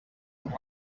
amb